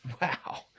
Wow